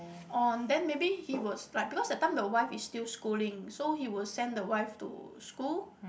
on then maybe he was like because that time the wife is still schooling so he will send the wife to school